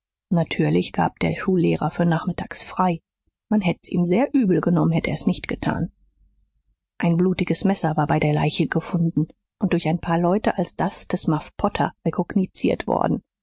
natürlich gab der schullehrer für nachmittags frei man hätt's ihm sehr übel genommen hätte er's nicht getan ein blutiges messer war bei der leiche gefunden und durch ein paar leute als das des muff potter rekognosziert worden